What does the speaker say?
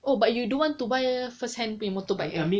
oh but you don't want to buy a first hand punya motorbike eh